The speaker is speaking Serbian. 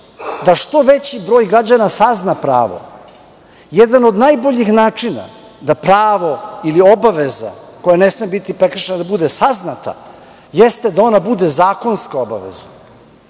da što veći broj građana sazna pravo. Jedan od najboljih načina da pravo ili obaveza koja ne sme biti prekršena da bude saznata jeste da ona bude zakonska obaveza